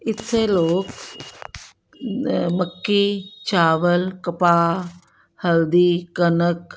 ਇੱਥੇ ਲੋਕ ਮੱਕੀ ਚਾਵਲ ਕਪਾਹ ਹਲਦੀ ਕਣਕ